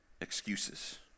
excuses